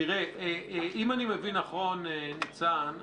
אם אני מבין נכון, ניצן,